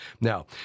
Now